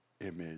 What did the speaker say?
image